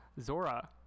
Zora